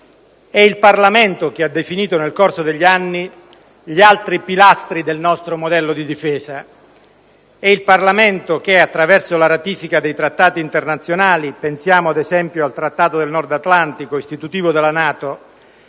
È il Parlamento che ha definito, nel corso degli anni, gli altri pilastri del nostro modello di difesa. È il Parlamento che ha ratificato i Trattati internazionali. Pensiamo, ad esempio, al Trattato del Nord Atlantico, istitutivo della NATO,